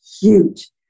huge